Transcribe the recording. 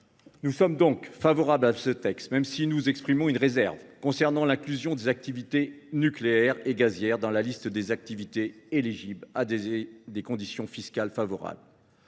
Nous sommes donc favorables à ce texte, à une réserve près concernant l’inclusion des activités nucléaires et gazières dans la liste des activités éligibles à des conditions fiscales favorables.